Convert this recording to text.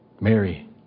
Mary